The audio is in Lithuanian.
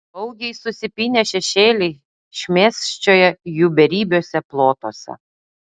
baugiai susipynę šešėliai šmėsčioja jų beribiuose plotuose